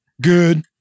Good